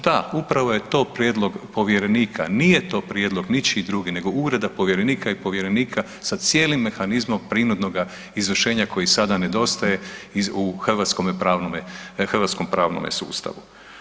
Da, upravo je to prijedlog povjerenika, nije to prijedlog ničiji drugi nego Ureda povjerenika i povjerenika sa cijelim mehanizmom prinudnoga izvršenja koji sada nedostaje u hrvatskome pravnome sustavu.